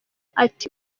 ati